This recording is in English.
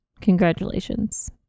congratulations